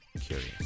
curious